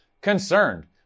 concerned